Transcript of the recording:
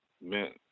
meant